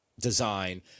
design